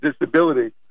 disability